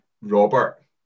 Robert